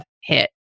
hit